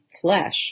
flesh